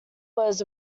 was